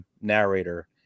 narrator